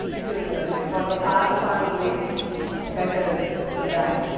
if you remember. it was a far, far way better, you know, to die.